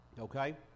Okay